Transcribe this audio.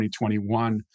2021